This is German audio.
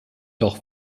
doch